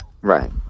Right